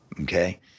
okay